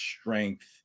strength